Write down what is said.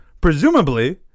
Presumably